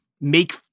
make